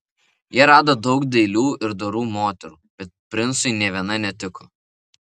jie rado daug dailių ir dorų moterų bet princui nė viena netiko